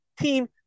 team